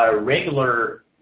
regular